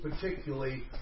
particularly